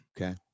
okay